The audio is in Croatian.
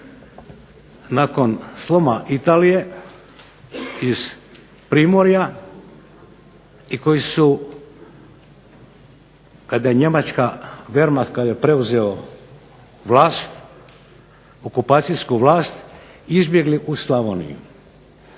nakon sloma Italije iz Primorja i koji su kada je Njemačka kada je ... preuzeo okupacijsku vlast, izbjegli u Slavoniju,